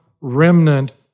remnant